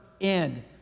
end